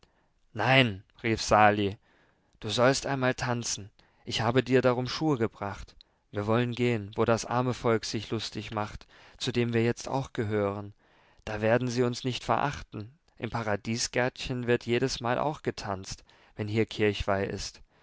nein rief sali du sollst einmal tanzen ich habe dir darum schuhe gebracht wir wollen gehen wo das arme volk sich lustig macht zu dem wir jetzt auch gehören da werden sie uns nicht verachten im paradiesgärtchen wird jedesmal auch getanzt wenn hier kirchweih ist